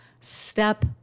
step